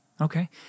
Okay